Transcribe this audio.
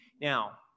Now